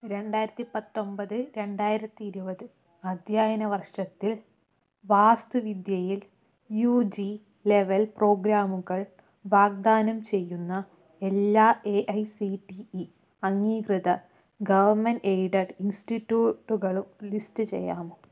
രണ്ടായിരത്തി പത്തൊമ്പത് രണ്ടായിരത്തി ഇരുപത് അധ്യയന വർഷത്തിൽ വാസ്തുവിദ്യയിൽ യു ജി ലെവൽ പ്രോഗ്രാമുകൾ വാഗ്ദാനം ചെയ്യുന്ന എല്ലാ A I C T E അംഗീകൃത ഗവ എയ്ഡഡ് ഇൻസ്റ്റിറ്റ്യൂട്ടുകളും ലിസ്റ്റ് ചെയ്യാമോ